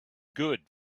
good